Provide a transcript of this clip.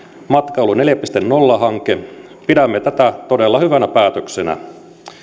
matkailu neljä piste nolla hanketta pidämme todella hyvänä päätöksenä